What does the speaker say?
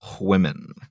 women